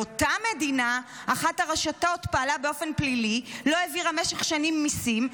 באותה מדינה אחת הרשתות פעלה באופן פלילי ובמשך שנים לא העבירה מיסים,